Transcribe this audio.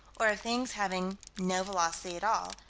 or of things having no velocity at all,